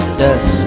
dust